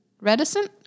reticent